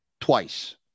twice